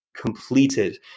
completed